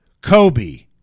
Kobe